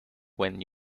when